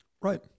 Right